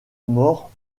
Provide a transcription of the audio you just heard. morts